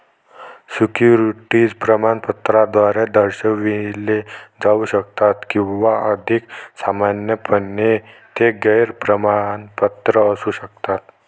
securities प्रमाणपत्राद्वारे दर्शविले जाऊ शकतात किंवा अधिक सामान्यपणे, ते गैर प्रमाणपत्र असू शकतात